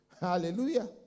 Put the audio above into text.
Hallelujah